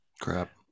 Crap